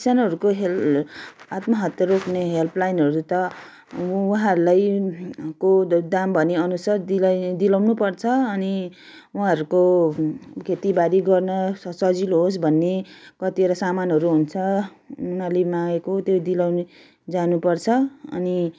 किसानहरूको हेल आत्महत्या रोक्ने हेल्पलाइनहरू त उहाँहरूलाई को दाम भनेअनुसार दिलाइ दिलाउनुपर्छ अनि उहाँहरूको खेतीबारी गर्न स सजिलो होस् भन्ने कतिवटा सामानहरू हुन्छ उनीहरूले मागेको त्यो दिलाउने जानुपर्छ अनि